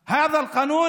דהמש.